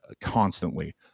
constantly